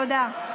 תודה.